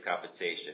compensation